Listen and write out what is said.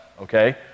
okay